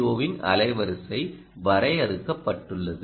ஓவின் அலைவரிசை வரையறுக்கப்பட்டுள்ளது